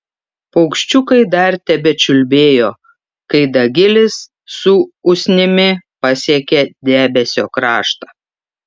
paukščiukai dar tebečiulbėjo kai dagilis su usnimi pasiekė debesio kraštą